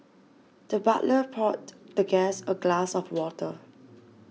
the butler poured the guest a glass of water